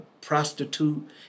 prostitute